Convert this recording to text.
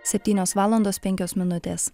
septynios valandos penkios minutės